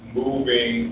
moving